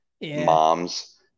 moms